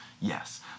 Yes